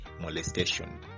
molestation